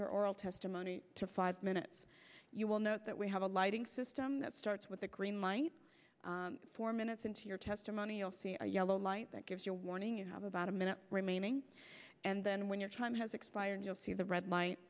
your oral testimony to five minutes you will know that we have a lighting system that starts with a green light four minutes into your testimony you'll see a yellow light that gives you a warning you have about a minute remaining and then when your time has expired you'll see the red